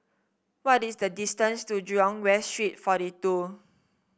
what is the distance to Jurong West Street forty two